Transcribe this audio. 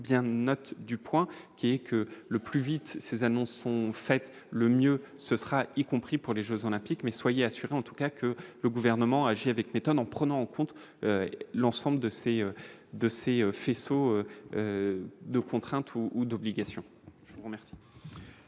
bien, note du Point, qui est que le plus vite, ces annonces sont faites le mieux ce sera, y compris pour les Jeux olympiques, mais soyez assuré, en tout cas que le gouvernement agit avec méthode, en prenant en compte l'ensemble de ces, de ces faisceaux de contrainte ou d'obligations. La le ministre,